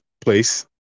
place